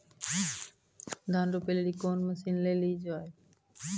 धान रोपे लिली कौन मसीन ले लो जी?